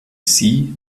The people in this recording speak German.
sie